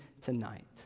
tonight